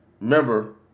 Remember